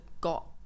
got